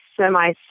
semi